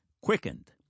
Quickened